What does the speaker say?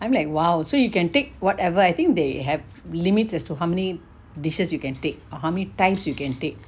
I'm like !wow! so you can take whatever I think they have limits as to how many dishes you can take or how many times you can take